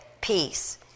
peace